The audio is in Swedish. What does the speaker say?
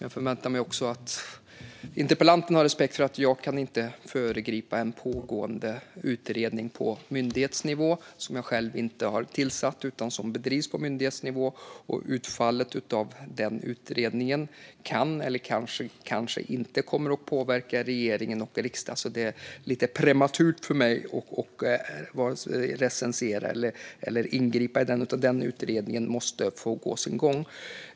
Jag förväntar mig också att interpellanten har respekt för att jag inte kan föregripa en pågående utredning som jag själv inte har tillsatt utan som bedrivs på myndighetsnivå. Utfallet av den utredningen kanske, eller kanske inte, kommer att påverka regeringen och riksdagen. Det är lite för tidigt för mig att vare sig recensera eller ingripa i den. Den utredningen måste få ha sin gång.